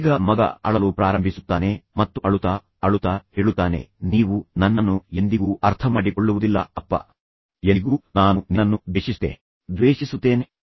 ಈಗ ಮಗ ಅಳಲು ಪ್ರಾರಂಭಿಸುತ್ತಾನೆ ಮತ್ತು ಅಳುತ್ತಾ ಅಳುತ್ತಾ ಅವನು ಹೇಳುತ್ತಾನೆಃ ನೀವು ನನ್ನನ್ನು ಎಂದಿಗೂ ಅರ್ಥಮಾಡಿಕೊಳ್ಳುವುದಿಲ್ಲ ಅಪ್ಪ ಎಂದಿಗೂ ನಾನು ನಿನ್ನನ್ನು ದ್ವೇಷಿಸುತ್ತೇನೆ